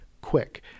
quick